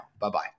Bye-bye